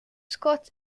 scott